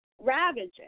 ravaging